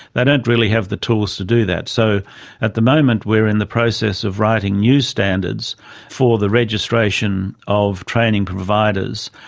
they don't really have the tools to do that. so at the moment we are in the process of writing new standards for the registration of training providers,